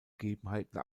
gegebenheiten